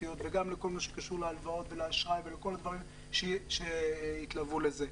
לתחרותיות וגם לכל מה שקשור להלוואות ולאשראי והדברים שמתלווים לזה.